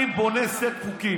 אני רוצה לספר לך,